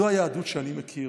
זו היהדות שאני מכיר.